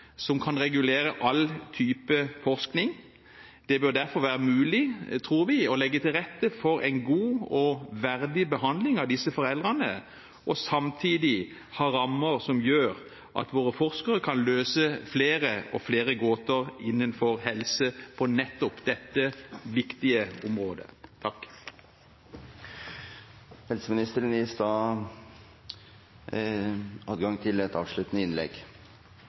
som kan regulere all type forskning. Det bør derfor være mulig, tror vi, å legge til rette for en god og verdig behandling av disse foreldrene, samtidig som man har rammer som gjør at våre forskere kan løse flere og flere gåter innenfor helse på nettopp dette viktige området.